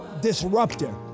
disruptor